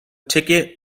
ticket